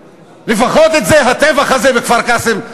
לפחות את זה: הטבח הזה בכפר-קאסם,